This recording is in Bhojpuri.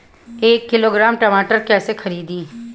एक किलोग्राम टमाटर कैसे खरदी?